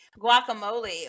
guacamole